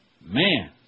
Man